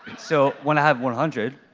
so when i have one hundred.